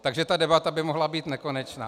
Takže ta debata by mohla být nekonečná.